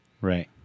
Right